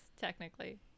technically